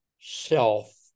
self